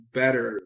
better